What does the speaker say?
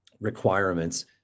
requirements